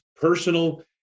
personal